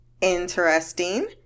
Interesting